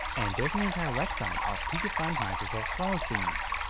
and there's an entire website of predefined microsoft color themes.